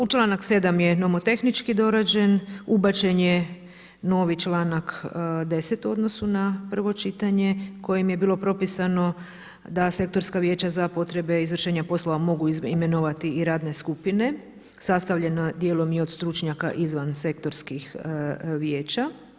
Nadalje, u članak 7. je nomotehnički dorađen, ubačen je novi članak 10. u odnosu na prvo čitanje kojim je bilo propisano da sektorska vijeća za potrebe izvršenja poslova mogu imenovati i radne skupine, sastavljeno dijelom i od stručnjaka izvan sektorskih vijeća.